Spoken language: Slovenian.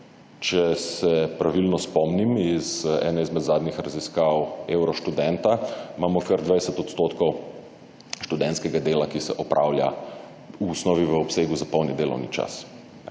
Če se pravilno spomnim iz ene izmed zadnjih raziskav Eurostudenta, imamo kar 20 % študentskega dela, ki se opravlja v osnovi v obsegu za polni delovni čas,